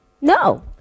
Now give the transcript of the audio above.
No